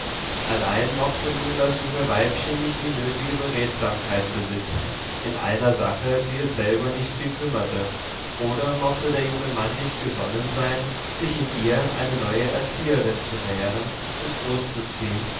allein mochte nun das junge weibchen nicht die nötige beredsamkeit besitzen in einer sache die es selber nicht viel kümmerte oder mochte der junge mann nicht gesonnen sein sich in ihr eine neue erzieherin zu nähren und großzuziehen